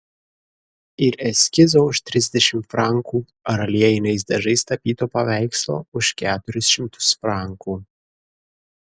ir eskizo už trisdešimt frankų ar aliejiniais dažais tapyto paveikslo už keturis šimtus frankų